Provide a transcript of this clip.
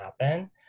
happen